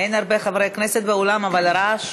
אין הרבה חברי כנסת באולם, אבל הרעש